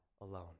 alone